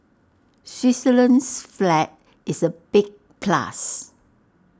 Switzerland's flag is A big plus